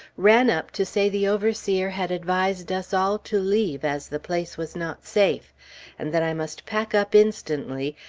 ran up to say the overseer had advised us all to leave, as the place was not safe and that i must pack up instantly,